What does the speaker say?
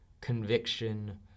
conviction